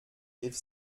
rief